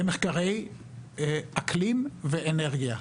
למחקרי אקלים ואנרגיה.